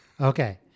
Okay